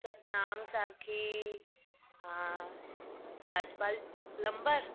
सतनाम साखी हा राजपाल प्लम्बर